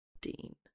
Dean